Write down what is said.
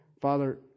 Father